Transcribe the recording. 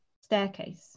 staircase